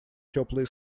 теплые